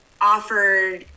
offered